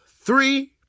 three